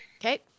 Okay